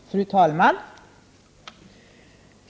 Fru talman!